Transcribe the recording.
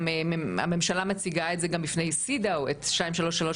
הממשלה מציגה גם בפני "סידאו" את 2331